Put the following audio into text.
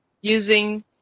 using